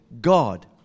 God